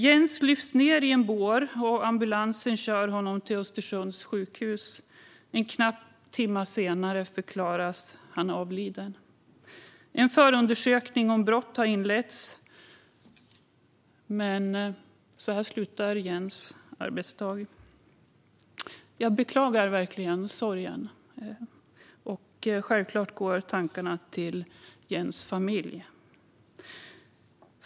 Jens lyfts ned på en bår, och ambulansen kör honom till Östersunds sjukhus. En knapp timme senare förklaras han avliden. En förundersökning om brott har inletts. Men så här slutar Jens arbetsdag. Jag beklagar verkligen sorgen. Självklart går tankarna till Jens familj.